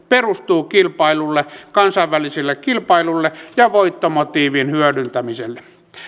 perustuu kilpailulle kansainväliselle kilpailulle ja voittomotiivin hyödyntämiselle